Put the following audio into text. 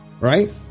Right